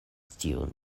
tiun